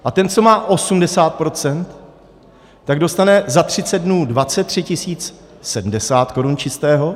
A ten, co má 80 %, tak dostane za třicet dnů 23 070 korun čistého.